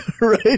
Right